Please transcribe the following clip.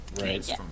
right